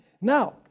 Now